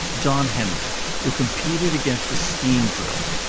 john henry, who competed against a steam drill.